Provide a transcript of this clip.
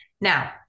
Now